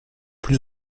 plus